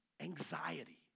anxiety